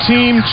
Team